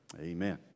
Amen